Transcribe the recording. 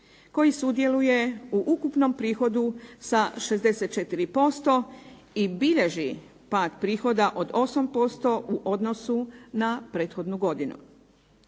koji sudjeluje u ukupnom prihodu sa 64% i bilježi pad prihoda od 8% u odnosu na prethodnu godinu.